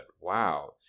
Wow